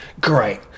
great